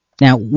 Now